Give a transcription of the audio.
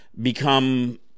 become